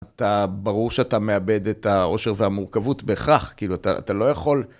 אתה ברור שאתה מאבד את העושר והמורכבות בכך, כאילו אתה לא יכול...